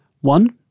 One